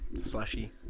Slushy